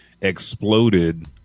exploded